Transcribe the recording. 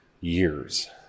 years